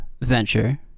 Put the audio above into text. Venture